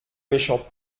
méchant